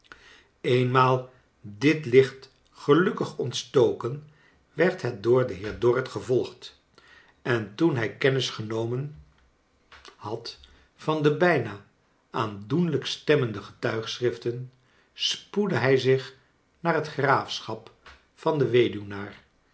eenmaal dit licht gelukkig ontstoken werd het door den heer dorrit gevolgd en toen hij kennis gcnomen had van de bijna aandoenlijk stemmende getuigschriften spoedde hij zich naar het graafschap van den